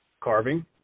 carving